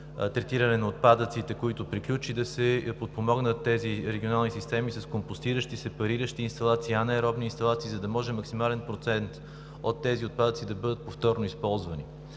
третиране на отпадъците, което приключи, да се подпомогнат тези регионални системи с компостиращи, сепариращи инсталации, анаеробни инсталации, за да може максимален процент от тези отпадъци да бъдат повторно използвани.